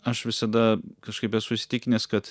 aš visada kažkaip esu įsitikinęs kad